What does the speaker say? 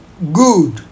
Good